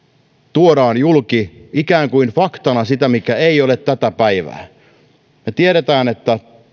tuomme julki ikään kuin faktana sitä mikä ei ole tätä päivää me tiedämme että